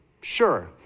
Sure